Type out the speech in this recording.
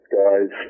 guys